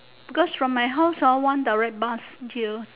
because from my house ah one direct bus here